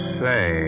say